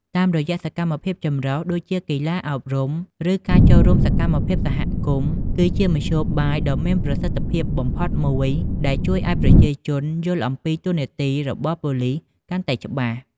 តាមរយៈសកម្មភាពចម្រុះ ដូចជា កីឡា អប់រំ ឬការចូលរួមក្នុងសកម្មភាពសហគមន៍ គឺជាមធ្យោបាយដ៏មានប្រសិទ្ធភាពបំផុតមួយដែល ជួយឲ្យប្រជាជនយល់អំពីតួនាទីប៉ូលិសកាន់តែច្បាស់។